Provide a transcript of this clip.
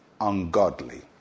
ungodly